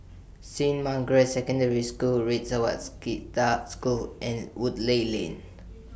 Saint Margaret's Secondary School Red School and Woodleigh Lane